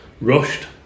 rushed